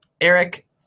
Eric